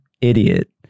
idiot